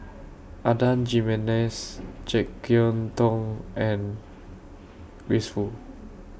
Adan Jimenez Jek Yeun Thong and Grace Fu